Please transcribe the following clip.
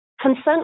Consent